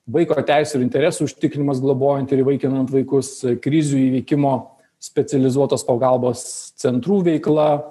vaiko teisių ir interesų užtikrinimas globojant ir įvaikinant vaikus krizių įveikimo specializuotos pagalbos centrų veikla